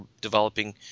developing